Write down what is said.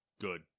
good